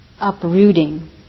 uprooting